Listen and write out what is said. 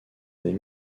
des